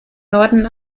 norden